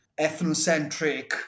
ethnocentric